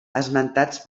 esmentats